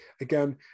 again